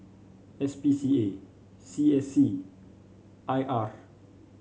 S P C A C A C I R